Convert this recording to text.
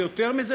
ויותר מזה,